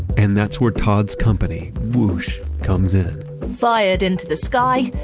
and that's where todd's company, woosh comes in fired into the sky,